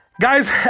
guys